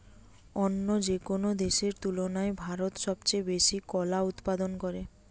অন্য যেকোনো দেশের তুলনায় ভারত সবচেয়ে বেশি কলা উৎপাদন করে